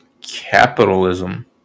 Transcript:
capitalism